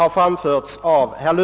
Jag vill,